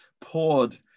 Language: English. poured